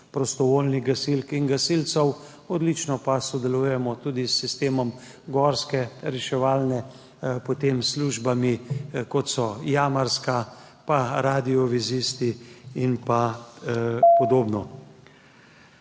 prostovoljnih gasilk in gasilcev, odlično pa sodelujemo tudi s sistemom gorske reševalne, potem s službami, kot so jamarska in radiovezisti in podobno.